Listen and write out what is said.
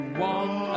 want